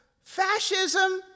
fascism